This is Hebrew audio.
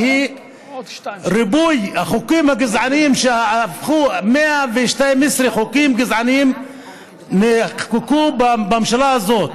שריבוי החוקים הגזעניים 112 חוקים גזעניים נחקקו בממשלה הזאת.